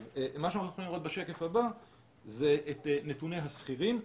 אז מה שאנחנו יכולים לראות בשקף הבא זה את נתוני השכירים.